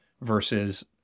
versus